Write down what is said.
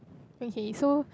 okay so